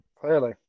clearly